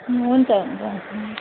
हुन्छ हुन्छ